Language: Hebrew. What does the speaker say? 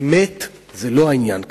באמת זה לא העניין כאן.